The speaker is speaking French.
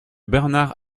bernard